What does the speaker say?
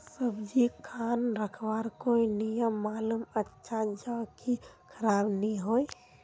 सब्जी खान रखवार कोई नियम मालूम अच्छा ज की खराब नि होय?